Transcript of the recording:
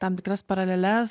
tam tikras paraleles